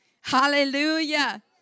Hallelujah